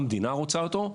המדינה רוצה אותו.